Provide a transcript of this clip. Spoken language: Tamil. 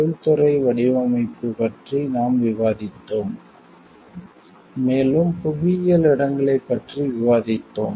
தொழில்துறை வடிவமைப்பு இண்டஸ்ட்ரியல் டிசைன் பற்றி நாம் விவாதித்தோம் மேலும் புவியியல் இடங்களைப் பற்றி விவாதித்தோம்